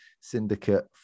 syndicate